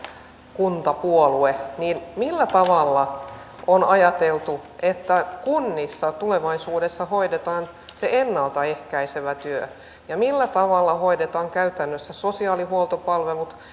kuntapuolue millä tavalla on ajateltu että kunnissa tulevaisuudessa hoidetaan se ennalta ehkäisevä työ ja millä tavalla hoidetaan käytännössä sosiaalihuoltopalvelut